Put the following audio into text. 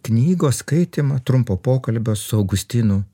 knygos skaitymą trumpo pokalbio su augustinu